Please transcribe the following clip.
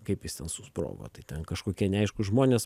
kaip jis ten susprogo tai ten kažkokie neaiškūs žmonės